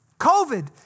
COVID